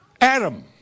Adam